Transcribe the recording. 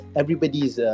everybody's